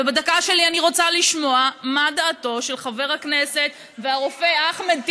ובדקה שלי אני רוצה לשמוע מה דעתו של חבר הכנסת והרופא אחמד טיבי,